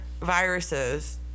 viruses